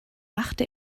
machte